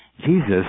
Jesus